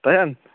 ꯇꯥꯍꯦꯟ